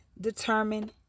determine